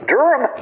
Durham